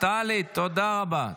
טלי, תודה רבה.